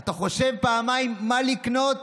אתה חושב פעמיים מה לקנות,